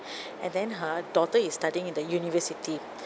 and then her daughter is studying in the university